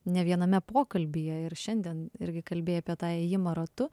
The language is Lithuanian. ne viename pokalbyje ir šiandien irgi kalbėjai apie tą ėjimą ratu